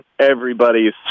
Everybody's